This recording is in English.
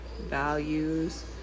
values